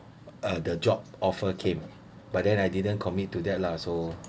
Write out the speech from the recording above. uh the job offer came but then I didn't commit to that lah so